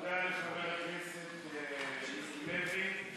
תודה לחבר הכנסת מיקי לוי.